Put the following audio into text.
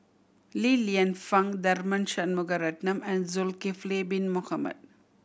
Li Lienfung Tharman Shanmugaratnam and Zulkifli Bin Mohamed